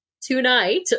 tonight